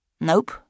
Nope